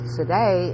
today